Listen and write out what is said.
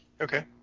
Okay